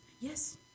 Yes